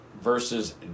versus